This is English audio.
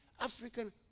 African